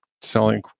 selling